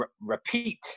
repeat